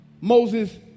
Moses